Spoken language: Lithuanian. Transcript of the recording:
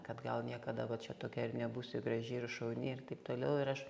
kad gal niekada va čia tokia ir nebūsiu graži ir šauni ir taip toliau ir aš